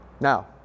Now